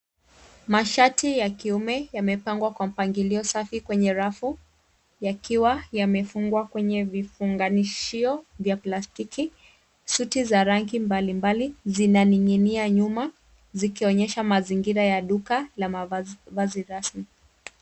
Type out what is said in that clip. Masharti ya kiume yamepangwa kwa mpangilio safi kwenye rafu, yakiwa yamefungwa kwenye vifunganishio vya plastiki. Suti za rangi mbalimbali, zinaning'inia nyuma, zikionyesha mazingira ya duka la mavazi rasmi.